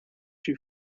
you